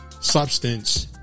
Substance